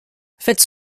faites